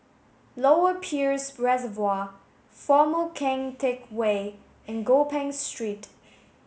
lower Peirce Reservoir Former Keng Teck Whay and Gopeng Street